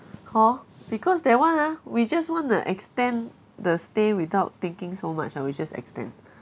hor because that one ah we just want to extend the stay without thinking so much ah we just extend